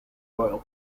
oil